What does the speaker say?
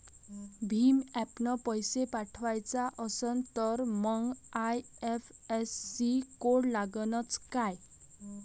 भीम ॲपनं पैसे पाठवायचा असन तर मंग आय.एफ.एस.सी कोड लागनच काय?